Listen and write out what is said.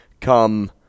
come –